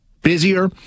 busier